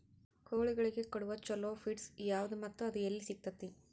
ಕೋಳಿಗಳಿಗೆ ಕೊಡುವ ಛಲೋ ಪಿಡ್ಸ್ ಯಾವದ ಮತ್ತ ಅದ ಎಲ್ಲಿ ಸಿಗತೇತಿ?